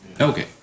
Okay